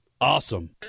Awesome